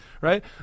Right